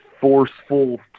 forceful